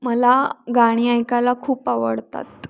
मला गाणी ऐकायला खूप आवडतात